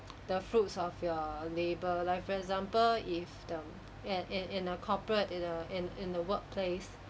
the fruits of your labour like for example if the in in in a corporate in the in in the workplace